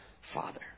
father